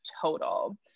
total